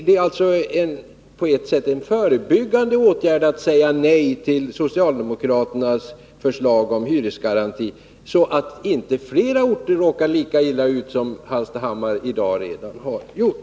Det är alltså på ett sätt en förebyggande åtgärd att säga nej till socialdemokraternas förslag om hyresgaranti — så att inte flera orter råkar lika illa ut som Hallstahammar redan har gjort.